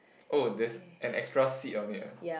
oh there's an extra seat on it ah